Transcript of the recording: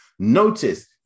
Notice